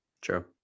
true